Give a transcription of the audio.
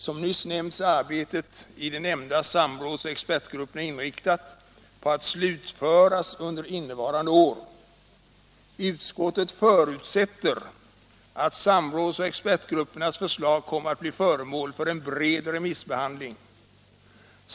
Som nyss nämnts är arbetet i de nämnda samråds och expertgrupperna inriktat på att slutföras under innevarande år. Utskottet förutsätter att samråds och expertgruppernas förslag kommer att bli föremål för en bred remissbehandling.